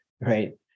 Right